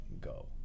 go